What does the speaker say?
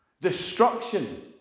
Destruction